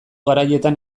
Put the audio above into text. garaietan